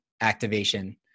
activation